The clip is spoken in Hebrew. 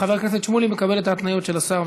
חבר הכנסת שמולי מקבל את ההתניות של השר?